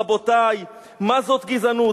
רבותי, מה זאת גזענות?